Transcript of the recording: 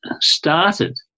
started